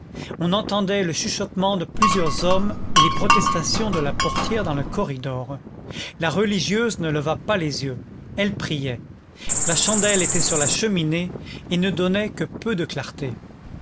on entendait le chuchotement de plusieurs hommes et les protestations de la portière dans le corridor la religieuse ne leva pas les yeux elle priait la chandelle était sur la cheminée et ne donnait que peu de clarté